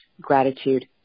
gratitude